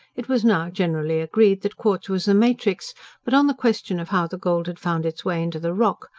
it was now generally agreed that quartz was the matrix but on the question of how the gold had found its way into the rock,